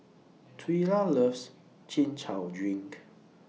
Twyla loves Chin Chow Drink